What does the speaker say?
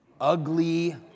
ugly